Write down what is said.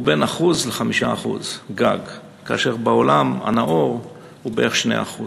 היא בין 1% ל-5% גג, כאשר בעולם הנאור היא בערך 2%